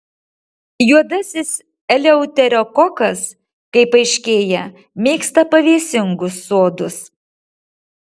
juodasis eleuterokokas kaip aiškėja mėgsta pavėsingus sodus